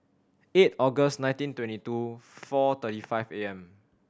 eight August nineteen twenty two four thirty five A M